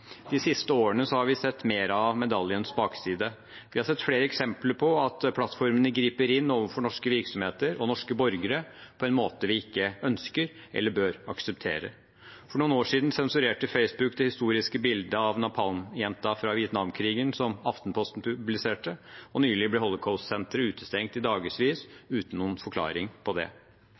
De siste årene har vi sett mer av medaljens bakside. Vi har sett flere eksempler på at plattformene griper inn overfor norske virksomheter og norske borgere på en måte vi ikke ønsker eller bør akseptere. For noen år siden sensurerte Facebook det historiske bildet av napalmjenta fra Vietnamkrigen som Aftenposten publiserte, og nylig ble Holocaust-senteret utestengt i dagevis uten noen forklaring.